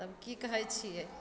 तब की कहय छियै